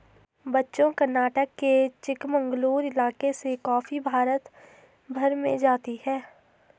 बच्चों कर्नाटक के चिकमंगलूर इलाके से कॉफी भारत भर में जाती है